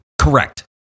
Correct